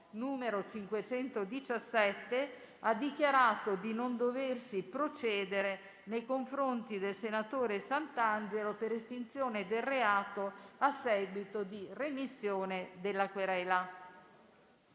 n. 517, ha dichiarato di non doversi procedere nei confronti del senatore Santangelo per estinzione del reato a seguito di remissione della querela.